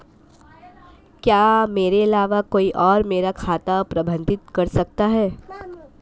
क्या मेरे अलावा कोई और मेरा खाता प्रबंधित कर सकता है?